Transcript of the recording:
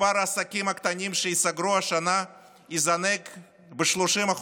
מספר העסקים הקטנים שייסגרו השנה יזנק ב-30%,